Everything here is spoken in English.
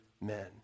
men